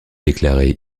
déclarée